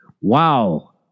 Wow